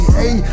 hey